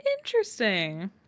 Interesting